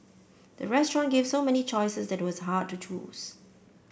the restaurant gave so many choices that was hard to choose